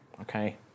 Okay